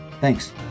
Thanks